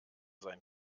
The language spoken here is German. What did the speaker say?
sein